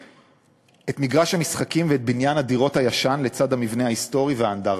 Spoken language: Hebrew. את מגרש המשחקים ואת בניין הדירות הישן לצד המבנה ההיסטורי והאנדרטה.